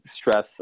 stress